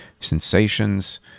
sensations